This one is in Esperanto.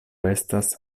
estas